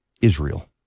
Israel